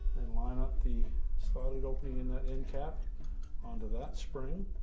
then line up the slotted opening in that end cap onto that spring.